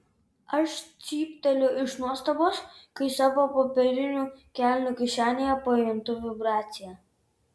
aš cypteliu iš nuostabos kai savo popierinių kelnių kišenėje pajuntu vibraciją